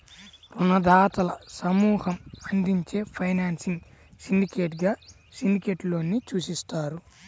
రుణదాతల సమూహం అందించే ఫైనాన్సింగ్ సిండికేట్గా సిండికేట్ లోన్ ని సూచిస్తారు